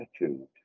attitude